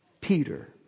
Peter